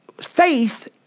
faith